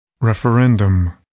Referendum